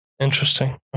Interesting